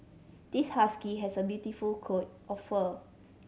this husky has a beautiful coat of fur